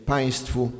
Państwu